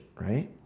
right